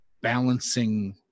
balancing